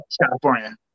California